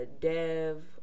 Dev